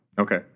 Okay